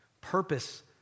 Purpose